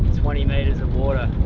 twenty metres of water,